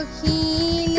he